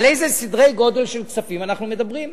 על איזה סדרי גודל של כספים אנחנו מדברים.